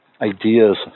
ideas